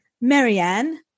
Marianne